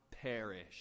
perish